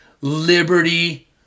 liberty